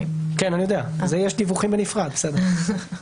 האם נחשפתם לבעיות מהסוג הזה?